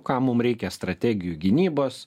kam mum reikia strategijų gynybos